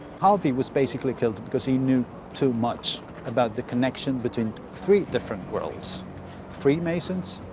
calvi was basically killed cause he knew too much about the connection between three different worlds freemasons,